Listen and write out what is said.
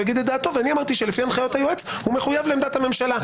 יגיד את דעתו ואני אמרתי שלפי הנחיות היועץ הוא מחויב לעמדת הממשלה.